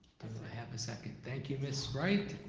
have a second? thank you, miss wright,